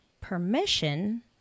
permission